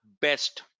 best